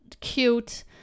cute